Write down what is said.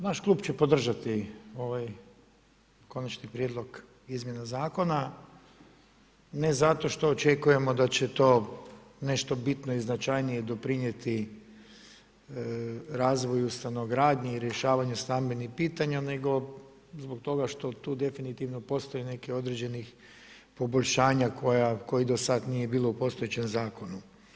Naš klub će podržati ovaj konačni prijedlog izmjena zakona, ne zato što očekujemo da će to nešto bitno i značajnije doprinijeti razvoju stanogradnje i rješavanju stambenih pitanja, nego zbog toga što tu definitivno postoji neki određeni poboljšanja koja do sada nije bilo u postojećem zakonu.